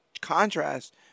contrast